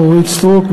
אורית סטרוק,